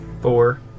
Four